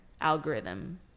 algorithm